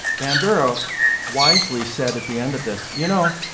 bandura wisely said at the end of this, you know,